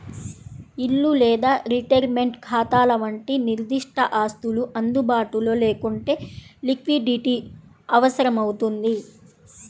ఇల్లు లేదా రిటైర్మెంట్ ఖాతాల వంటి నిర్దిష్ట ఆస్తులు అందుబాటులో లేకుంటే లిక్విడిటీ అవసరమవుతుంది